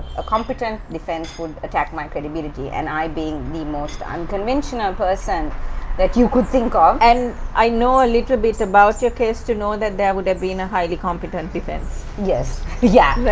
a competent defense would attack my credibility and i being the most unconventional person that you could think of and i know a little bit about your case to know that there would have been a highly competent defense. yes yes!